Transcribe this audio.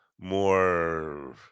more